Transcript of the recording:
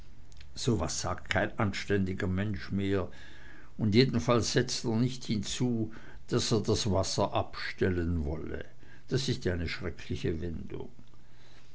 was sagt kein anständiger mensch mehr und jedenfalls setzt er nicht hinzu daß er das wasser abstellen wolle das ist ja eine schreckliche wendung